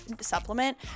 supplement